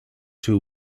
two